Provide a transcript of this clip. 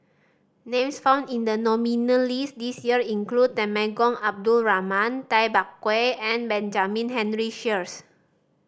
names found in the nominee list this year include Temenggong Abdul Rahman Tay Bak Koi and Benjamin Henry Sheares